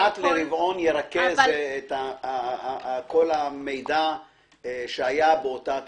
אחת לרבעון ירכז כל המידע שהיה באותה תקופה.